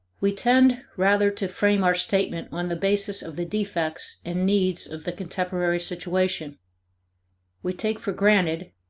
we tend rather to frame our statement on the basis of the defects and needs of the contemporary situation we take for granted,